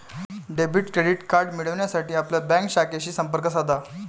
debit credit card मिळविण्यासाठी आपल्या bank शाखेशी संपर्क साधा